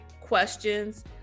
questions